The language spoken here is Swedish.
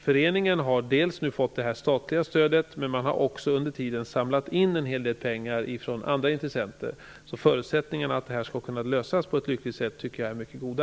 Föreningen har nu fått det statliga stödet, men man har också under tiden samlat in en hel del pengar från andra intressenter, så förutsättningarna att det här skall kunna lösas på ett lyckligt sätt tycker jag är mycket goda.